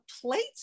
plates